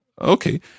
Okay